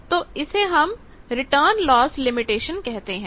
तो इसे हम रिटर्न लॉस लिमिटेशन कहते हैं